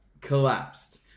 collapsed